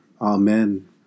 Amen